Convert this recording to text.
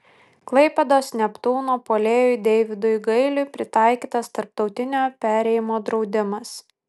klaipėdos neptūno puolėjui deividui gailiui pritaikytas tarptautinio perėjimo draudimas